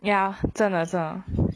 ya 真的真的